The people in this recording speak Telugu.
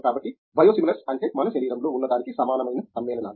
కాబట్టి బయోసిమిలర్స్ అంటే మన శరీరంలో ఉన్నదానికి సమానమైన సమ్మేళనాలు